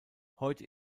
heute